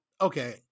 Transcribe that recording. okay